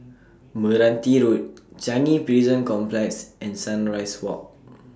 Meranti Road Changi Prison Complex and Sunrise Walk